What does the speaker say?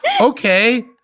okay